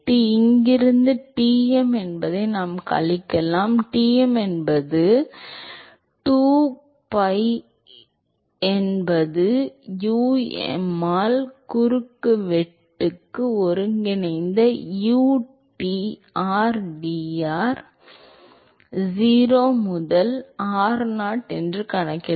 எனவே இங்கிருந்து Tm என்பதை நாம் கழிக்கலாம் Tm என்பது 2pi என்பது u m ஆல் குறுக்குவெட்டுப் பகுதியாகப் பிரிப்பது pi r நாட் ஸ்கொயர் என்பது ஒருங்கிணைந்த uTr dr 0 முதல் r நாட் என்று கணக்கிடலாம்